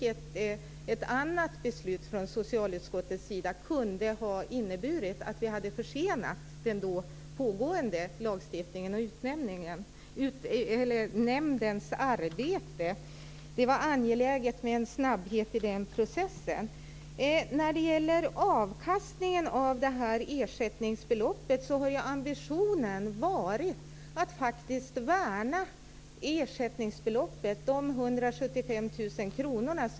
Ett annat beslut från socialutskottets sida kunde ha inneburit att vi hade försenat den då pågående lagstiftningen och nämndens arbete. Det var angeläget med en snabbhet i den processen. När det gäller avkastningen av ersättningsbeloppet har ambitionen varit att faktiskt värna ersättningsbeloppet, de 175 000 kronorna.